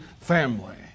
Family